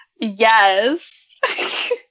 Yes